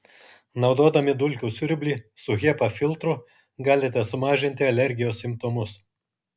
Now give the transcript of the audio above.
naudodami dulkių siurblį su hepa filtru galite sumažinti alergijos simptomus